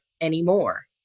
anymore